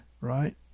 right